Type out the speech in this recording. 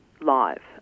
live